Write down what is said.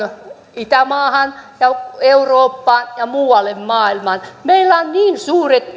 itämaahan eurooppaan ja muualle maailmaan meille on tällaiset niin suuret